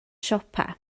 siopau